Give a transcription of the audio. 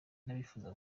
n’abifuza